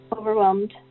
overwhelmed